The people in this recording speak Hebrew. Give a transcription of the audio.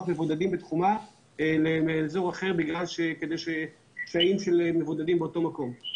מבודדים מתחומה לאזור אחר בגלל קשיים של מבודדים באותו מקום.